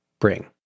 bring